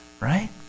Right